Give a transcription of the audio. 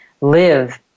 live